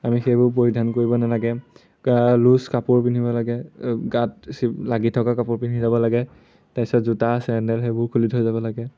আমি সেইবোৰ পৰিধান কৰিব নালাগে লুজ কাপোৰ পিন্ধিব লাগে গাত লাগি থকা কাপোৰ পিন্ধি যাব লাগে তাৰপিছত জোতা চেণ্ডেল সেইবোৰ খুলি থৈ যাব লাগে